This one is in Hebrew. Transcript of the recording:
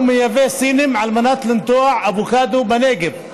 הוא מייבא סינים על מנת לנטוע אבוקדו בנגב.